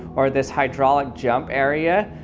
or this hydraulic jump area,